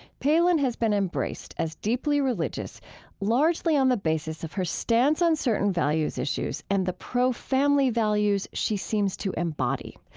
palin has been embraced as deeply religious largely on the basis of her stands on certain values issues and the pro-family values she seems to embody.